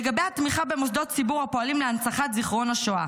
לגבי התמיכה במוסדות ציבור הפועלים להנצחת זיכרון השואה,